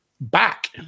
back